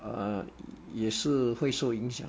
err 也是会受影响